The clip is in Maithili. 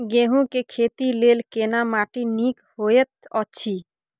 गेहूँ के खेती लेल केना माटी नीक होयत अछि?